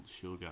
sugar